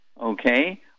okay